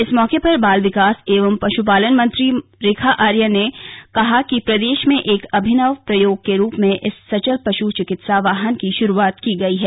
इस मौके पर बाल विकास एवं पशुपालन मंत्री रेखा आर्या ने कहा कि प्रदेश में एक अभिनव प्रयोग के रूप में इस सचल पश् चिकित्सा वाहन की शुरुआत की गई है